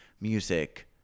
music